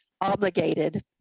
obligated